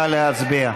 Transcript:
נא להצביע.